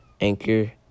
anchor